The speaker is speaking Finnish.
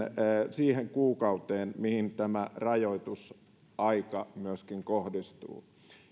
siihen kuukauteen mihin tämä rajoitusaika myöskin kohdistuu